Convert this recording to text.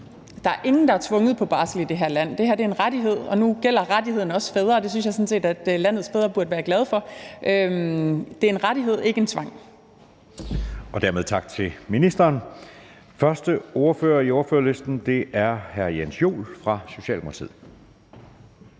Der er ingen, der bliver tvunget på barsel i det her land. Det her er en rettighed, og nu gælder rettigheden også fædre, og det synes jeg sådan set at landets fædre burde være glade for. Det er en rettighed, ikke en tvang. Kl. 15:35 Anden næstformand (Jeppe Søe): Dermed tak til ministeren. Første ordfører i ordførerrækken er hr. Jens Joel fra Socialdemokratiet.